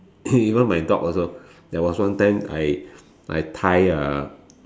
even my dog also there was one time I I tie a